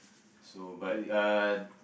so but uh